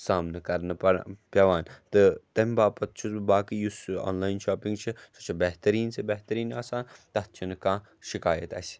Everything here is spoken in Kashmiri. سامنہٕ کرنہٕ پڑ پٮ۪وان تہٕ تمہِ باپتھ چھُس بہٕ باقٕے یُس سُہ آنلایَن شاپِنٛگ چھِ سُہ چھِ بہتریٖن سے بہتریٖن آسان تَتھ چھُنہٕ کانٛہہ شِکایت اَسہِ